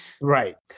Right